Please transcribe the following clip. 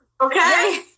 okay